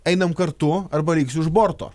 einam kartu arba liksi už borto